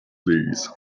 please